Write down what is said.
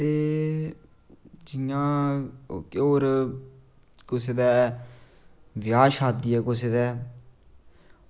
ते जियां बाकी होर कुसै दा ब्याह् शादी जां कुसै दा